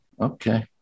Okay